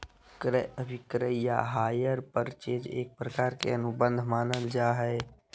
क्रय अभिक्रय या हायर परचेज एक प्रकार के अनुबंध मानल जा हय